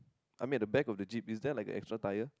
I mean at the back of the jeep is there like a extra tyre